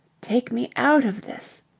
take me out of this!